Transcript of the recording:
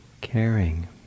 caring